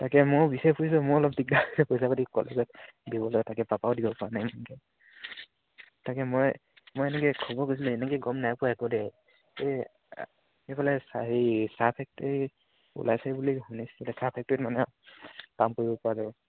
তাকে মইও বিচাৰি ফুৰিছোঁ মোৰ অলপ দিগদাৰ হৈছে পইচা পাতি কলেজত দিবলৈ তাকে পাপায়েও দিব পৰা নাই তাকে মই মই এনেকৈ খবৰ কৰিছিলোঁ এনেকৈ গম নাই পোৱা একো দেই এই সেইফালে হেৰি চাহ ফেক্টৰী ওলাইছে বুলি শুনিছিলো চাহ ফেক্টৰীত মানে কাম কৰিব পাৰ যাব